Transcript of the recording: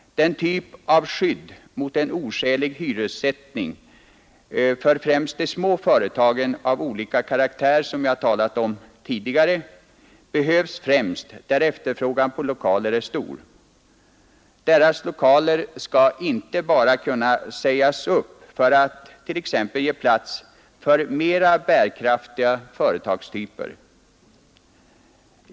Den typ av skydd mot en oskälig hyressättning för främst de små företagen av olika karaktär som jag talat om tidigare behövs främst där efterfrågan på lokaler är stor, dvs. lokaler skall inte bara kunna sägas upp för att t.ex. ge plats för mera bärkraftiga företagstyper.